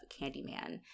Candyman